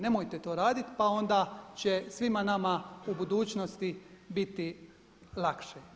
Nemojte to raditi pa onda će svima nama u budućnosti biti lakše.